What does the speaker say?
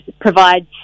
provides